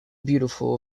beautiful